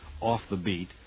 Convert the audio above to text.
off-the-beat